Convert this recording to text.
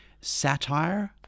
satire